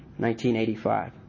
1985